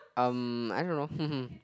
um I don't know hmm hmm